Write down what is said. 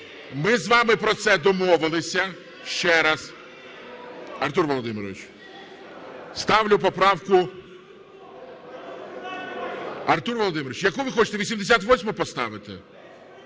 Ми з вами про це домовилися. Ще раз. Артур Володимирович, ставлю поправку… (Шум у залі) Артур Володимирович, яку ви хочете? 88-у поставити?